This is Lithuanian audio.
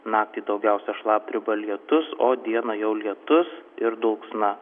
naktį daugiausiai šlapdriba lietus o dieną jau lietus ir dulksna